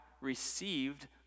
received